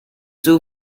two